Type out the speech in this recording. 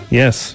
yes